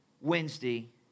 Wednesday